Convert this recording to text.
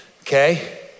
Okay